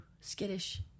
skittish